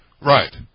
right